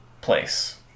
place